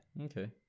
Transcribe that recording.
okay